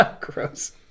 Gross